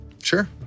Sure